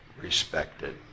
respected